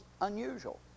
unusual